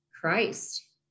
Christ